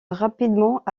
rapidement